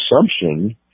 assumption